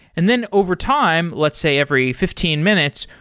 and then overtime, let's say every fifteen minutes,